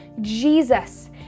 Jesus